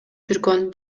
жүргөн